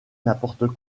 n’importe